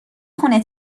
خونه